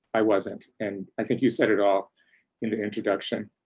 i wasn't, and i think you said it all in the introduction.